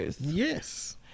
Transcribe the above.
Yes